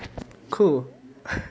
cool